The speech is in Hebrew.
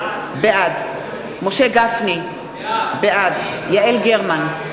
בעד משה גפני, בעד יעל גרמן,